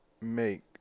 make